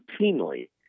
routinely